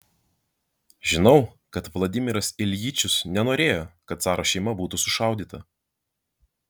žinau kad vladimiras iljičius nenorėjo kad caro šeima būtų sušaudyta